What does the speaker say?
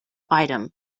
item